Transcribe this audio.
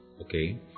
okay